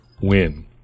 win